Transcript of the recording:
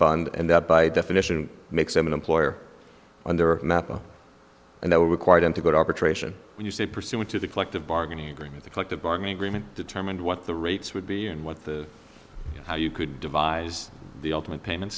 fund and that by definition makes them an employer on their map and that would require them to go to arbitration when you say pursuant to the collective bargaining agreement the collective bargaining agreement determined what the rates would be and what the how you could devise the ultimate payment